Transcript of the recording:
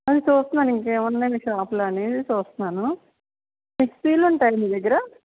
చూస్తున్నా ఇంకా ఏం ఉన్నాయి మీ షాప్ లో అని చూస్తున్నాను మిక్సీలు ఉంటాయా మీ దగ్గర